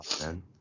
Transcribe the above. man